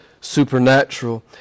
supernatural